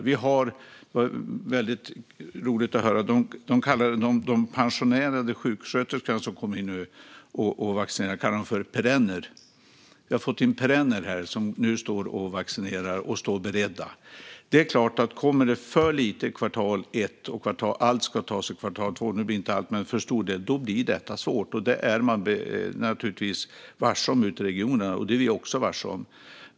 Det var lite roligt att de kallade de pensionerade sjuksköterskor som kommer in och vaccinerar för perenner, och de står beredda. Om det kommer för lite under kvartal 1 och väldigt mycket ska tas under kvartal 2 då blir det svårt, och det är både regionerna och vi varse.